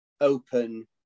open